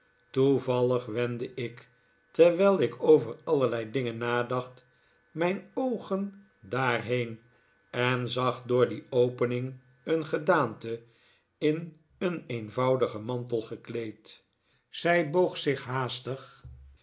toevallig wendde ik terwijl ik over allerlei dingen nadacht mijn oogen daarheen en zag door die opening een gedaante in een eenvoudigen mantel gekleed zij boog zich haastig